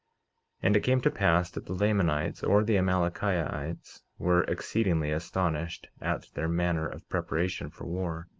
and it came to pass that the lamanites, or the amalickiahites, were exceedingly astonished at their manner of preparation for war.